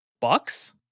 bucks